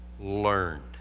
learned